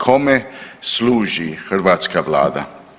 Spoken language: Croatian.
Kome služi hrvatska vlada?